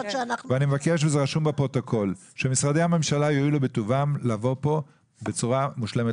וזה רשום בפרוטוקול: שמשרדי הממשלה יואילו בטובם לבוא לפה בצורה מושלמת.